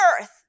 earth